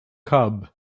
cub